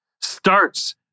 starts